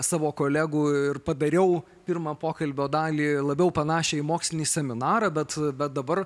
savo kolegų ir padariau pirmą pokalbio dalį labiau panašią į mokslinį seminarą bet bet dabar